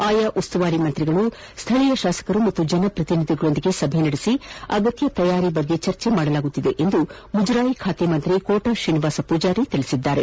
ಆಯಾ ಉಸ್ತುವಾರಿ ಸಚಿವರು ಸ್ಥಳೀಯ ಶಾಸಕರು ಹಾಗೂ ಜನಪ್ರತಿನಿಧಿಗಳೊಡನೆ ಸಭೆ ನಡೆಸಿ ಅಗತ್ಯ ತಯಾರಿಗಳ ಕುರಿತು ಚರ್ಚೆ ಮಾಡಲಾಗುತ್ತಿದೆ ಎಂದು ಮುಜರಾಯಿ ಖಾತೆ ಸಚಿವ ಕೋಣ ಶ್ರೀನಿವಾಸ ಪೂಜಾರಿ ಹೇಳಿದ್ದಾರೆ